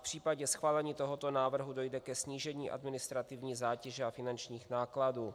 V případě schválení tohoto návrhu dojde ke snížení administrativní zátěže a finančních nákladů.